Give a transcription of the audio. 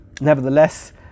Nevertheless